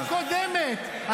קשקשן.